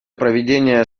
проведения